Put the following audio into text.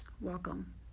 welcome